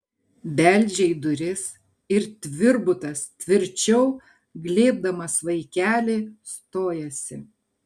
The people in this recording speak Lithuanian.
beldžia į duris ir tvirbutas tvirčiau glėbdamas vaikelį stojasi